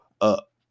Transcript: up